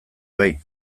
bai